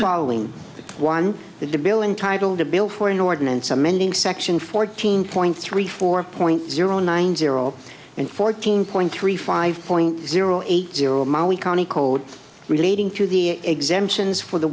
following one the bill intitled a bill for an ordinance amending section fourteen point three four point zero nine zero and fourteen point three five point zero eight zero ma we county code relating to the exemptions for the